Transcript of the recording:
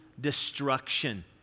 destruction